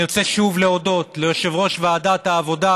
אני רוצה שוב להודות ליושב-ראש ועדת העבודה,